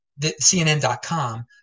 CNN.com